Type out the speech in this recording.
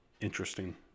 interesting